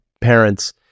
parents